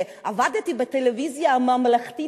ועבדתי בטלוויזיה הממלכתית,